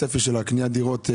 צפי קניית הדירות בכלל.